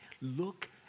Look